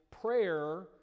Prayer